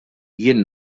jien